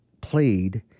played